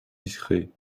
discrets